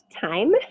time